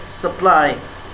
supply